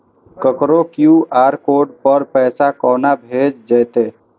ककरो QR code पर पैसा कोना भेजल जेतै?